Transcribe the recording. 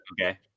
Okay